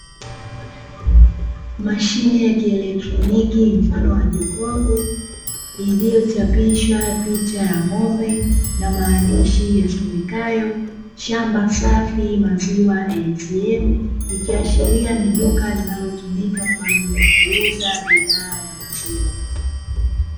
Mashine ya kielektroniki mfano wa jokofu lililochapishwa picha ya ng'ombe na maandishi yasomekayo "shamba safi maziwa ATM'". Ikiashiria ni duka linalotumika kwa ajili ya kuuza bidhaa ya maziwa.